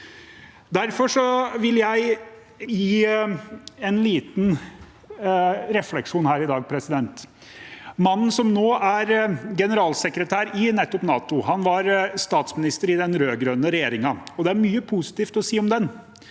Derfor vil jeg gi en liten refleksjon her i dag. Mannen som nå er generalsekretær i nettopp NATO, var statsminister i den rød-grønne regjeringen. Det er mye positivt å si om den,